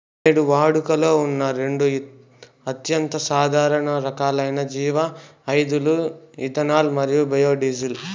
నేడు వాడుకలో ఉన్న రెండు అత్యంత సాధారణ రకాలైన జీవ ఇంధనాలు ఇథనాల్ మరియు బయోడీజిల్